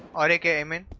on a gaming